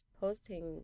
posting